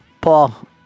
Paul